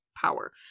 power